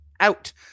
out